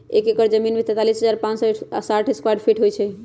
एक एकड़ जमीन में तैंतालीस हजार पांच सौ साठ स्क्वायर फीट होई छई